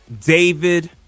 David